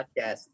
podcast